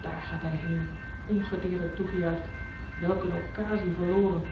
daar gaat hij heen ongedeerd en toegejuicht welk eene occasie verloren